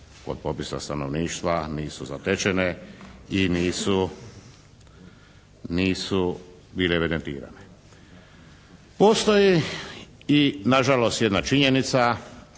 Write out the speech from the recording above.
pod popisom stanovništva nisu zatečene i nisu bile evidentirane. Postoji i nažalost jedna činjenica